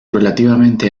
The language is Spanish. relativamente